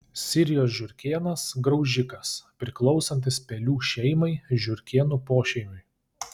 sirijos žiurkėnas graužikas priklausantis pelių šeimai žiurkėnų pošeimiui